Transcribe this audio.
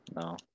No